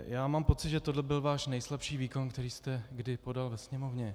Já mám pocit, že tohle byl váš nejslabší výkon, který jste kdy podal ve Sněmovně.